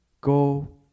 Go